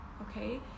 okay